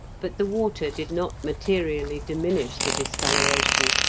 but the water did not materially diminish the discoloration.